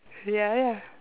ya ya